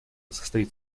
состоит